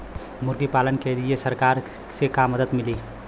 मुर्गी पालन के लीए सरकार से का मदद मिली?